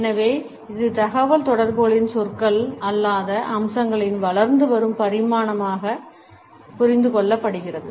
எனவே இது தகவல்தொடர்புகளின் சொற்கள் அல்லாத அம்சங்களின் வளர்ந்து வரும் பரிமாணமாக புரிந்து கொள்ளப்படுகிறது